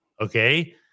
Okay